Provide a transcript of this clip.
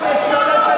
אתה מסלף,